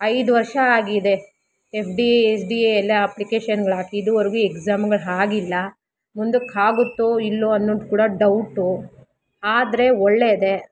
ಐದು ವರ್ಷ ಆಗಿದೆ F D A S D A ಎಲ್ಲ ಅಪ್ಲಿಕೇಶನ್ಗಳಾಕಿ ಇದುವರೆಗೂ ಎಕ್ಸಾಮ್ಗಳೂ ಆಗಿಲ್ಲ ಮುಂದಕ್ಕೆ ಆಗುತ್ತೋ ಇಲ್ವೋ ಅನ್ನೋದು ಕೂಡ ಡೌಟು ಆದರೆ ಒಳ್ಳೇದೆ